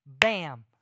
bam